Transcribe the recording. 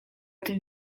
tym